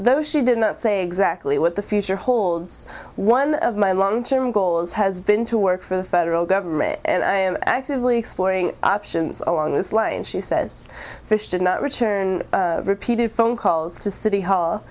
though she did not say exactly what the future holds one of my long term goals has been to work for the federal government and i am actively exploring options on this line she says fish did not return repeated phone calls to city hall